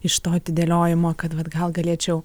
iš to atidėliojimo kad vat gal galėčiau